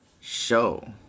show